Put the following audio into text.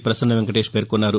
పసన్న వెంకటేష్ పేర్కొన్నారు